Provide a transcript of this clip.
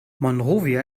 monrovia